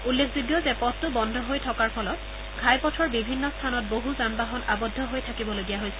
উল্লেখযোগ্য যে পথটো বন্ধ হৈ থকাৰ ফলত ঘাইপথৰ বিভিন্ন স্থানত বহু যান বাহন আৰদ্ধ হৈ থাকিবলগীয়া হৈছিল